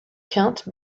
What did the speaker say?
quinte